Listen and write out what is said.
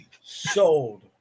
Sold